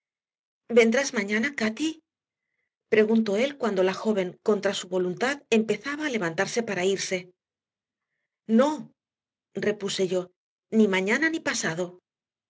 vendrás mañana cati preguntó él cuando la joven contra su voluntad empezaba a levantarse para irse no repuse yo ni mañana ni pasado